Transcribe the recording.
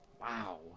Wow